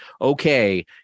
okay